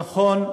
נכון.